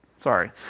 Sorry